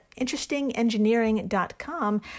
interestingengineering.com